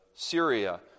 Syria